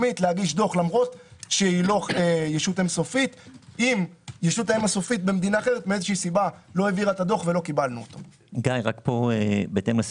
למרות שלא בטוח שאם נצביע ונעביר אותו היום זה יגיע ביום רביעי למליאה,